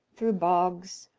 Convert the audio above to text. through bogs,